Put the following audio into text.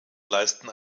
leisten